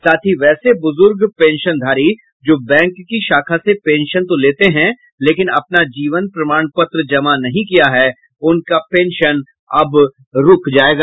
साथ ही वैसे बुजुर्ग पेंशनधारी जो बैंक की शाखा से पेंशन तो लेते हैं लेकिन अपना जीवन प्रमाण पत्र जमा नहीं किया है उनका पेंशन अब रूक जायेगा